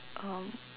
um